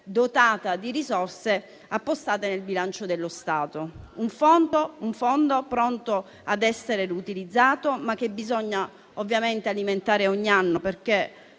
dotata di risorse appostate nel bilancio dello Stato. Un fondo pronto ad essere utilizzato, ma che bisogna ovviamente alimentare ogni anno, perché